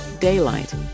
Daylight